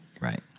Right